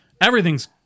everything's